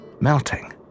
melting